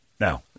Now